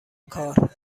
کار